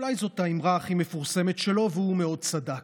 אולי זו האמרה הכי מפורסמת שלו, והוא מאוד צדק.